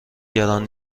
گران